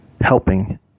helping